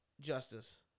Justice